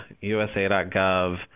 usa.gov